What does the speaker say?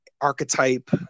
archetype